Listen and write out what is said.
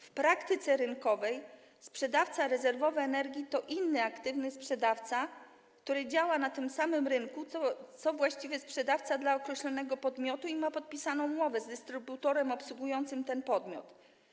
W praktyce rynkowej sprzedawca rezerwowy energii to inny aktywny sprzedawca, który działa na tym samym rynku co właściwy sprzedawca dla określonego podmiotu i ma podpisaną umowę z dystrybutorem obsługującym ten podmiot.